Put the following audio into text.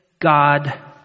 God